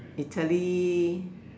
Italy